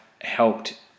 helped